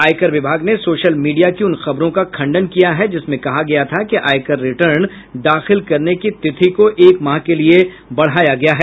आयकर विभाग ने सोशल मीडिया की उन खबरों का खण्डन किया है जिसमें कहा गया था कि आयकर रिर्टन दाखिल करने की तिथि को एक माह के लिए बढ़ाया गया है